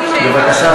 בבקשה,